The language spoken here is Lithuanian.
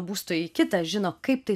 būsto į kitą žino kaip tai